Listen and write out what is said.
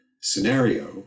scenario